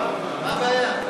מה הבעיה?